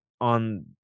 on